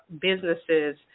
businesses